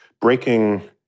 breaking